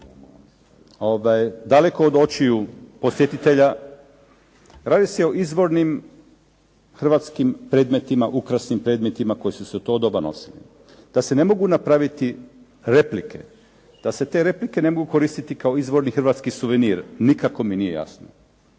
daleko od očiju posjetitelja. Radi se o izvornim hrvatskim predmetima, ukrasnim predmetima koji su se u to doba nosili. Da se ne mogu napraviti replike, da se te replike ne mogu koristiti kao izvorni hrvatski suvenir nikako mi nije jasno.